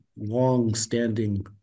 long-standing